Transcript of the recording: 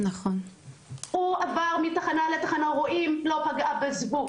הוא עבר מתחנה לתחנה, רואים, לא פגע בזבוב.